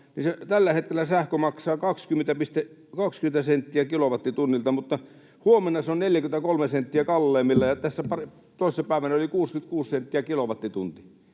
tällä hetkellä sähkö maksaa 20 senttiä kilowattitunnilta, mutta huomenna se on 43 senttiä kalleimmillaan, ja toissa päivänä se oli 66 senttiä kilowattitunnilta.